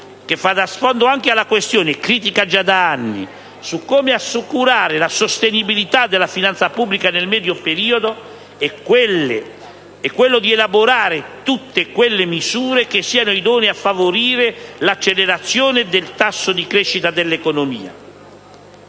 che fa da sfondo anche alla questione, critica già da anni, su come assicurare la sostenibilità della finanza pubblica nel medio periodo, è quello di elaborare tutte quelle misure che siano idonee a favorire l'accelerazione del tasso di crescita dell'economia.